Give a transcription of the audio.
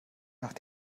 nach